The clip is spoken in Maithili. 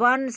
वन